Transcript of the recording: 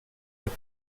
left